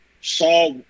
saw